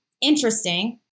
Interesting